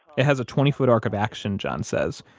it has a twenty foot arc of action, john says,